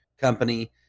company